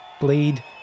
Bleed